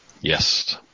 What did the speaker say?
Yes